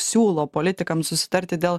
siūlo politikam susitarti dėl